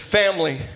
family